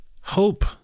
hope